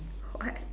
what